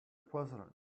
president